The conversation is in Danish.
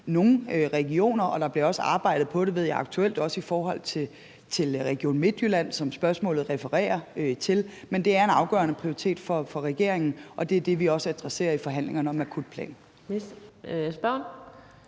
nogle regioner, og der bliver også arbejdet på det, ved jeg, aktuelt også i forhold til Region Midtjylland, som spørgsmålet refererer til. Men det er en afgørende prioritet for regeringen, og det er det, vi også adresserer i forhandlingerne om en akutplan. Kl.